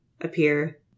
appear